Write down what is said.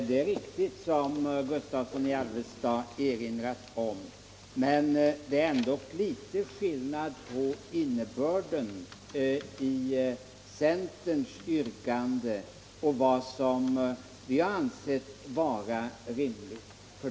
Herr talman! Det som herr Gustavsson i Alvesta erinrat om är riktigt, men det är ändock litet skillnad på innebörden i centerns yrkande och vad vi har ansett vara rimligt.